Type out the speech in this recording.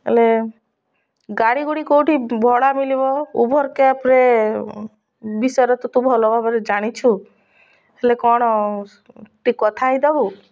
ହେଲେ ଗାଡ଼ିଗୁଡ଼ି କେଉଁଠି ଭଡ଼ା ମଳିବ ଉବର୍ କ୍ୟାବ୍ରେ ବିଷୟରେ ତ ତୁ ଭଲ ଭାବରେ ଜାଣିଛୁ ହେଲେ କ'ଣ ଟିକେ କଥା ହେଇ ଦେବୁ